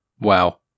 Wow